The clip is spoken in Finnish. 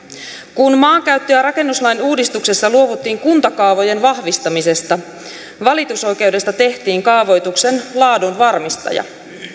kun maankäyttö ja rakennuslain uudistuksessa luovuttiin kuntakaavojen vahvistamisesta valitusoikeudesta tehtiin kaavoituksen laadun varmistaja